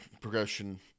progression